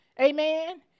Amen